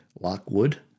Lockwood